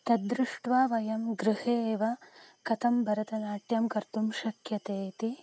तद्दृष्ट्वा वयं गृहे एव कथं भरतनाट्यं कर्तुं शक्यते इति